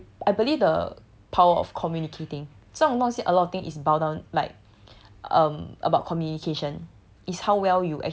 I I believe the power of communicating 这种东西 a lot of thing is bow down like um about communication